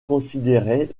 considérait